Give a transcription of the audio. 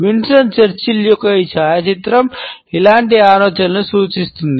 Winston Churchill యొక్క ఈ ఛాయాచిత్రం ఇలాంటి ఆలోచనలను సూచిస్తుంది